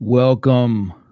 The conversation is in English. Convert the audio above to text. Welcome